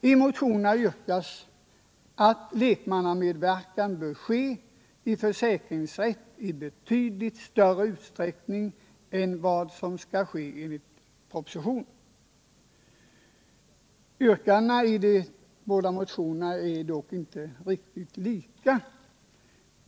I motionerna yrkas att lekmannamedverkan bör ske vid försäkringsrätt i betydligt större utsträckning än vad som skall ske enligt propositionen. Yrkandena i de båda motionerna är dock inte riktigt lika.